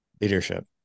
leadership